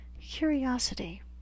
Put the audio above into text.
curiosity